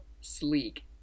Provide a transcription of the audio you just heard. sleek